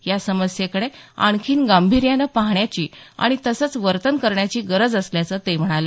या समस्येकडे आणखी गांभीर्याने पाहण्याची आणि तसंच वर्तन करण्याची गरज असल्याचं ते म्हणाले